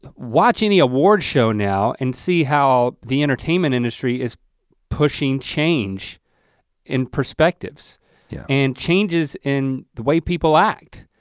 watch any award show now and see how the entertainment industry is pushing change in perspectives yeah and changes in the way people act.